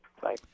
Bye